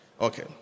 Okay